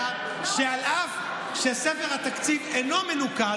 אנחנו לא רוצים